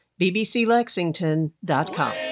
bbclexington.com